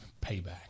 payback